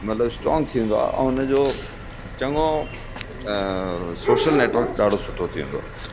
मतिलबु स्ट्रॉंग थी वेंदो आहे ऐं उन जो चङो सोशल नेटवर्क ॾाढो सुठो थी वेंदो